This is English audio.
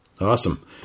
Awesome